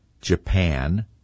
Japan